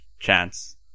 chance